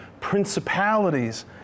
principalities